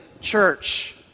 Church